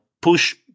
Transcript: push